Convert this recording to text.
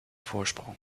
voorsprong